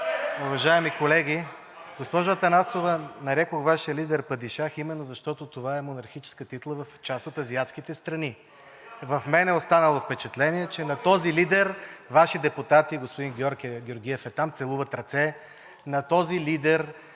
Уважаеми колеги, госпожо Атанасова, нарекох Вашия лидер падишах, именно защото това е монархическа титла в част от азиатските страни. В мен е останало впечатление, че на този лидер Ваши депутати, господин Георг Георгиев е там, целуват ръце. На този лидер